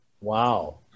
Wow